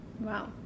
Wow